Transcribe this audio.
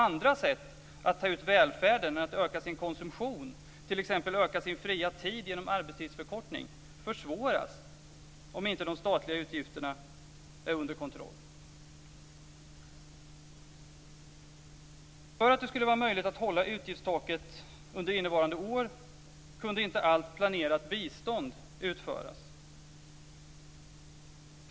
Andra sätt att ta ut välfärden än genom att öka sin konsumtion, t.ex. genom att öka sin fria tid genom arbetstidsförkortning, försvåras om inte de statliga utgifterna är under kontroll. För att det skulle vara möjligt att låta utgiftstaket ligga fast under innevarande år kunde inte allt planerat bistånd utföras.